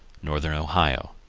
northern ohio.